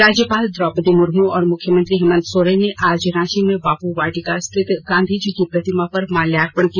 राज्यपाल द्रौपदी मुर्मू और मुख्यमंत्री हेमंत सोरेन ने आज रांची में बापू वाटिका स्थित गांधी जी की प्रतिमाा पर माल्यार्पण किया